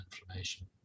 inflammation